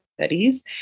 Studies